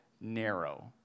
narrow